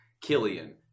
Killian